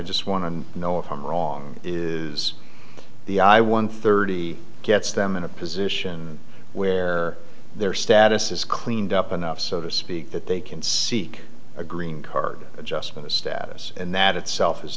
just want to know if i'm wrong is the i one thirty gets them in a position where their status is cleaned up enough so to speak that they can seek a green card just for the status and that itself